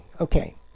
Okay